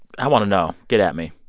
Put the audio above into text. i want to know. get at me.